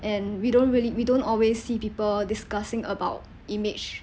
and we don't reall~ we don't always see people discussing about image